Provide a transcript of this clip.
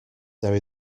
there